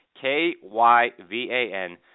K-Y-V-A-N